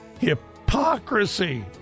hypocrisy